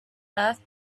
earth